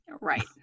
Right